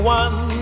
one